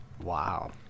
Wow